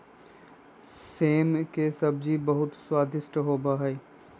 सेम के सब्जी बहुत ही स्वादिष्ट होबा हई